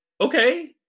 okay